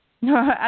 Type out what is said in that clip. No